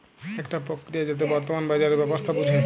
একটা প্রক্রিয়া যাতে বর্তমান বাজারের ব্যবস্থা বুঝে